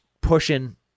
pushing